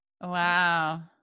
Wow